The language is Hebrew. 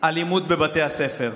אלימות בבתי הספר.